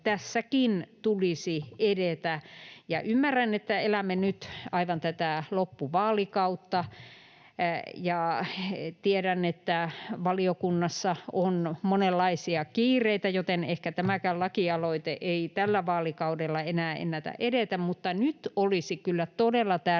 tässäkin tulisi edetä. Ymmärrän, että elämme nyt aivan tätä loppuvaalikautta, ja tiedän, että valiokunnassa on monenlaisia kiireitä, joten ehkä tämäkään lakialoite ei tällä vaalikaudella enää ennätä edetä, mutta nyt olisi kyllä todella tärkeää